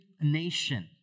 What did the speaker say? nation